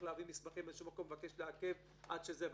להביא מסמכים מאיזשהו מקום ומבקש לעכב עד שזה מגיע.